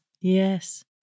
Yes